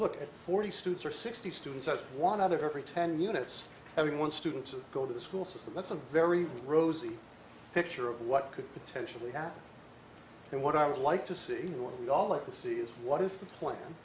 look at forty students or sixty students one out of every ten units having one student to go to the school system that's a very rosy picture of what could potentially happen and what i would like to see what we all like to see is what is the p